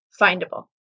findable